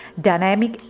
dynamic